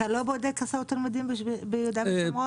אתה לא בודק הסעות תלמידים ביהודה ושומרון?